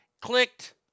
clicked